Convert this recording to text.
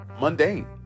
mundane